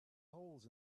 holes